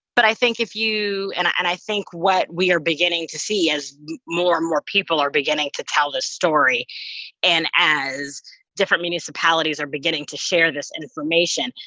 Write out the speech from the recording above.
but i think if you and i and i think what we are beginning to see, see, as more and more people are beginning to tell the story and as different municipalities are beginning to share this information,